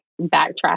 backtrack